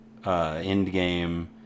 Endgame